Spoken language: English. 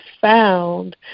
found